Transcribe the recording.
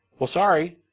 well sorry,